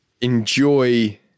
enjoy